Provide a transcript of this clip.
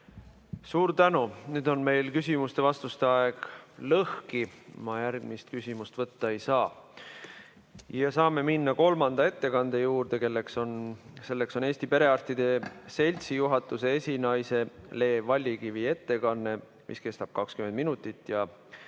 Suur tänu! Nüüd on meil küsimuste ja vastuste aeg lõhki, ma järgmist küsimust võtta ei saa. Saame minna kolmanda ettekande juurde. Eesti Perearstide Seltsi juhatuse esinaise Le Vallikivi ettekanne kestab 20 minutit ja